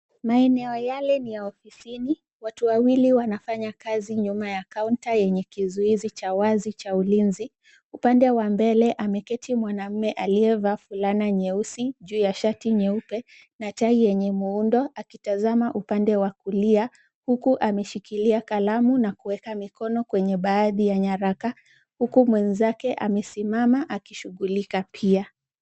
Maeneo yale ni ya ofisini. Watu wawili wanafanya kazi nyuma ya kaunta yenye kizuizi cha wazi cha ulinzi. Upande wa mbele ameketi mwanaume aliyevaa fulana nyeusi juu ya shati nyeupe na tai yenye muundo akitazama upande wa kulia, huku ameshikilia kalamu na kuweka mikono kwenye baadhi ya nyaraka, huku mwenzake amesimama akishughulika pia.